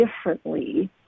differently